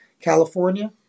California